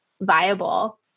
Viable